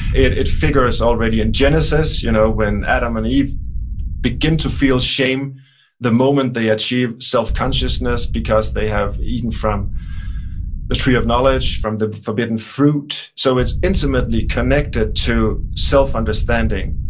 it it figures already in genesis you know when adam and eve begin to feel shame the moment they achieve self-consciousness because they have eaten from the tree of knowledge, from the forbidden fruit, so it's intimately connected to self-understanding,